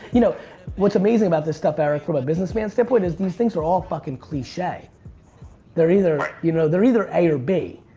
you know what's amazing about this stuff eric from a businessman's standpoint is these things are all fucking cliche they're either you know they're either a or b.